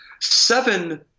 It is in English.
seven